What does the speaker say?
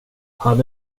han